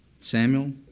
Samuel